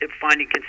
finding